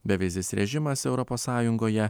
bevizis režimas europos sąjungoje